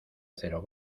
cero